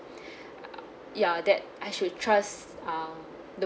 ya that I should trust uh the